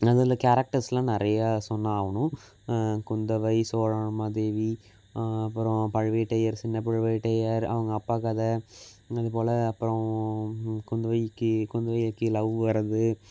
அதில் கேரக்டர்ஸ்லாம் நிறையா சொன்னான் அவனும் குந்தவை சோலமாதேவி அப்புறோம் பலுவேட்டையர் சின்ன பலுவேட்டையர் அவங்க அப்பா கதை இதுபோல் அப்பறம் குந்தவைக்கு குந்தவைக்கு லவ் வரது